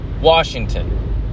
Washington